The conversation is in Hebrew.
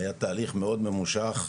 היה תהליך מאוד ממושך,